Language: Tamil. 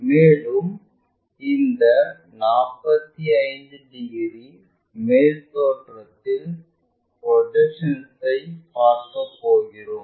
மேலும் இந்த 45 டிகிரி மேல் தோற்றத்தில் ப்ரொஜெக்ஷன்ஐ பார்க்கப்போகிறோம்